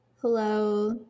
Hello